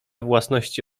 własności